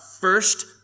first